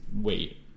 Wait